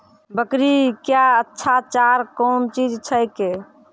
बकरी क्या अच्छा चार कौन चीज छै के?